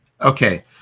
okay